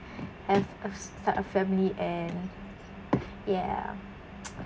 have a start a family and ya